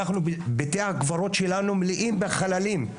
בתי הקברות שלנו מלאים בחללים.